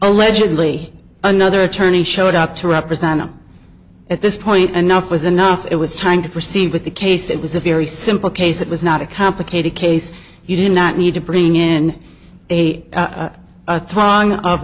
allegedly another attorney showed up to represent him at this point enough was enough it was time to proceed with the case it was a very simple case it was not a complicated case you did not need to bring in a throng of